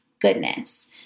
goodness